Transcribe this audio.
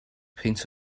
peint